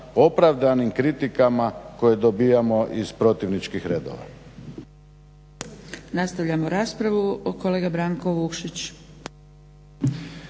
opravdanim kritikama koje dobivamo iz protivničkih redova.